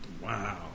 Wow